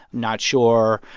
not sure,